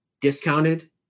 discounted